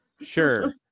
Sure